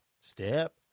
Step